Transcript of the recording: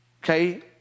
Okay